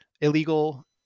illegal